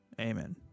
Amen